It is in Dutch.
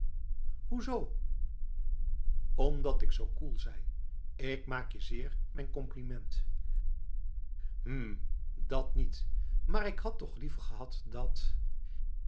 zoo omdat ik zoo koel zei ik maak je zeer mijn compliment hm dat niet maar ik had toch liever gehad dat